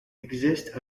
exist